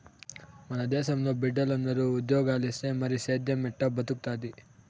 మన దేశంలో బిడ్డలందరూ ఉజ్జోగాలిస్తే మరి సేద్దెం ఎట్టా బతుకుతాది